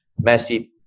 Messi